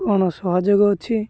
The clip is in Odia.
କ'ଣ ସହଯୋଗ ଅଛି